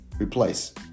replace